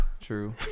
true